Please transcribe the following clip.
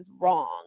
wrong